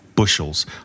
bushels